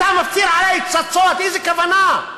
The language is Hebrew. אתה מפציץ עלי פצצות, איזה כוונה?